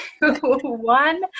one